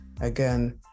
again